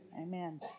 Amen